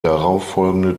darauffolgende